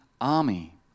army